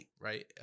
right